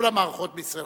כל המערכות בישראל.